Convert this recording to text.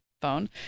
phone